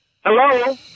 Hello